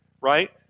right